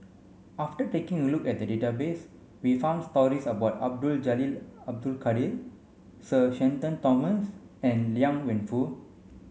after taking a look at the database we found stories about Abdul Jalil Abdul Kadir Sir Shenton Thomas and Liang Wenfu